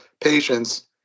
patients